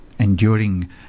Enduring